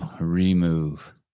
Remove